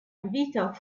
invita